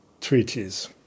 treaties